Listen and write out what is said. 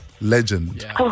legend